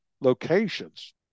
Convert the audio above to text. locations